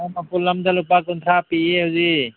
ꯃꯄꯨꯜ ꯑꯃꯗ ꯂꯨꯄꯥ ꯀꯨꯟꯊ꯭ꯔꯥ ꯄꯤꯌꯦ ꯍꯧꯖꯤꯛ